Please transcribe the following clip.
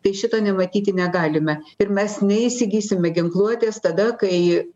tai šito nematyti negalime ir mes neįsigysime ginkluotės tada kai